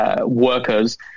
workers